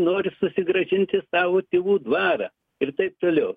nori susigrąžinti savo tėvų dvarą ir taip toliau